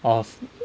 of